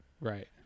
right